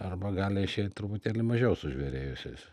arba gali išeit truputėlį mažiau sužvėrėjusiais